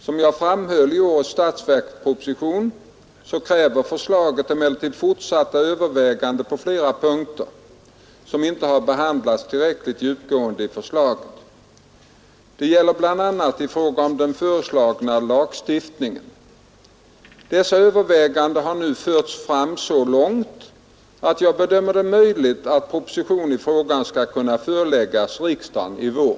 Som jag framhöll i årets statsverksproposition kräver förslaget emellertid fortsatta överväganden på flera punkter, som inte har behandlats tillräckligt djupgående i förslaget. Det gäller bl.a. i fråga om den föreslagna lagstiftningen. Dessa överväganden har nu förts fram så långt att jag bedömer det möjligt att proposition i frågan skall kunna föreläggas riksdagen i vår.